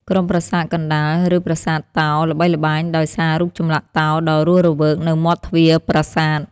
ក្រុមប្រាសាទកណ្ដាល ឬប្រាសាទតោ ល្បីល្បាញដោយសាររូបចម្លាក់តោដ៏រស់រវើកនៅមាត់ទ្វារប្រាសាទ។